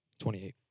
28